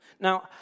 Now